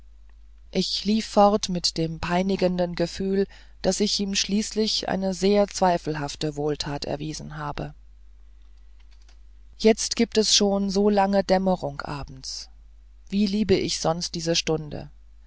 ich lief fort mit dem peinigenden gefühl daß ich ihm schließlich eine sehr zweifelhafte wohltat erwiesen habe jetzt gibt es schon so lange dämmerung abends wie liebe ich sonst diese stunde